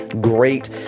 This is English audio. great